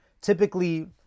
Typically